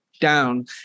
down